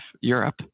europe